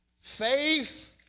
Faith